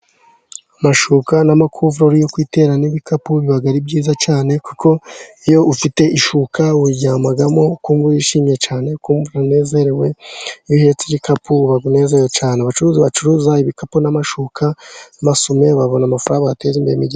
Amashuka n'amakuvurori yo kwitera n'ibikapu， biba ari byiza cyane， kuko iyo ufite ishuka uryamamo， ukumva wishimye cyane， ukumva unezerewe. Iyo uhetse igikapu， uba unezerewe cyane. Abacuruza ibikapu n'amashuka，amasume， babona amafaranga abateza imbere.